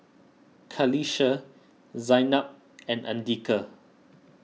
Qalisha Zaynab and andika